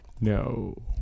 No